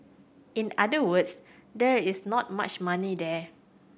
in other words there is not much money there